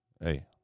Hey